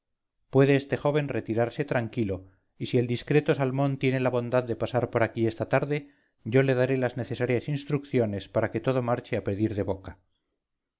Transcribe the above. puede este joven retirarse tranquilo y si el discreto salmón tiene la bondad de pasar por aquí esta tarde yo le daré las necesarias instrucciones para que todo marche a pedir de boca